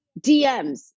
DMS